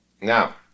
Now